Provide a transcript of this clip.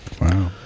wow